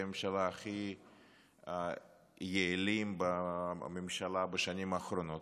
הממשלה הכי יעילים בממשלה בשנים האחרונות.